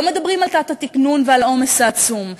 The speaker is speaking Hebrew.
לא מדברים על התת-תקנון ועל העומס העצום.